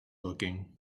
looking